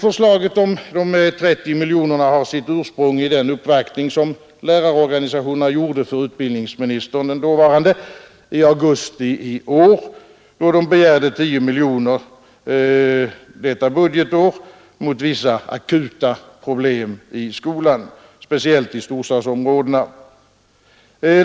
Förslaget om ytterligare 30 miljoner kronor har sitt ursprung i den uppvaktning som lärarorganisationerna gjorde för dåvarande utbildningsministern i augusti i år, då de begärde 10 miljoner kronor under detta budgetår mot vissa akuta problem i skolan, speciellt i storstadsområdena.